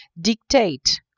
dictate